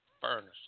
furnace